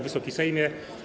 Wysoki Sejmie!